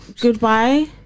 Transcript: goodbye